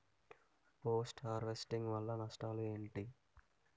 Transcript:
Post harvesting వల్ల నష్టాలు ఏంటి?